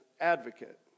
advocate